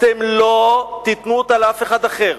אתם לא תיתנו אותה לאף אחד אחר.